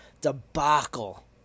debacle